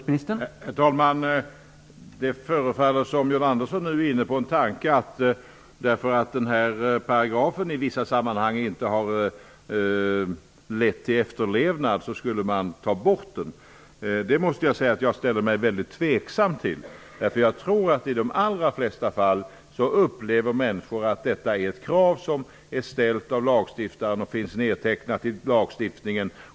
Herr talman! Det förefaller som om John Andersson nu är inne på tanken att man skulle ta bort den här paragrafen eftersom den inte efterlevs i vissa sammanhang. Jag ställer mig mycket tveksam till det. Jag tror att människor i de allra flesta fall upplever att detta är ett krav som är ställt av lagstiftaren och som finns nertecknat i lagstiftningen.